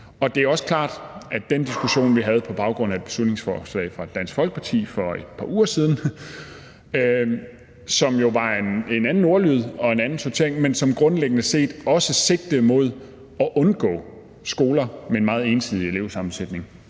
Og I forhold til den diskussion, vi havde på baggrund af et beslutningsforslag fra Dansk Folkeparti for et par uger siden, som jo var af en anden ordlyd og havde en anden sortering, men som grundlæggende set også sigtede mod at undgå skoler med en meget ensidig elevsammensætning,